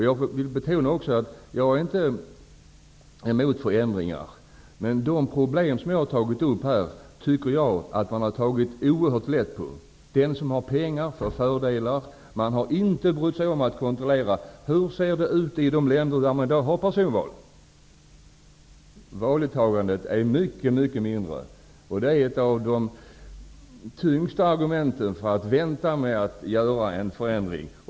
Jag vill även betona att jag inte är emot förändringar, men de problem som jag här har tagit upp tycker jag att man tagit oerhört lätt på. De som har pengar får fördelar. Man har inte brytt sig om att kontrollera hur det ser ut i de länder där man har personval. Valdeltagande i sådana länder är mycket lägre än i Sverige. Det är ett av de tyngsta argumenten för att vänta med en förändring.